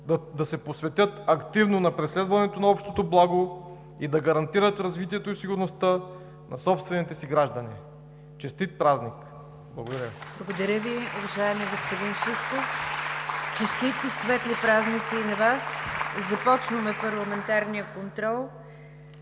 да се посветят активно на преследването на общото благо и да гарантират развитието и сигурността на собствените си граждани. Честит празник! Благодаря. (Ръкопляскания.) ПРЕДСЕДАТЕЛ НИГЯР ДЖАФЕР: Благодаря Ви, уважаеми господин Шишков. Честити светли празници и на Вас! Започваме парламентарния контрол